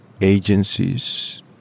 agencies